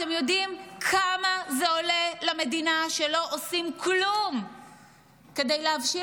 אתם יודעים כמה זה עולה למדינה שלא עושים כלום כדי להבשיל